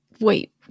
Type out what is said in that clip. Wait